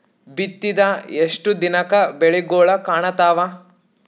ಬಿತ್ತಿದ ಎಷ್ಟು ದಿನಕ ಬೆಳಿಗೋಳ ಕಾಣತಾವ?